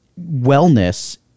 wellness